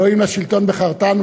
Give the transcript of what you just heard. "אלוהים לשלטון בחרתנו",